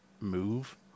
move